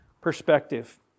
perspective